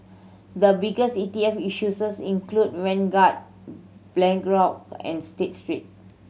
the biggest E T F issue include Vanguard and State Street